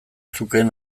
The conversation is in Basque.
zukeen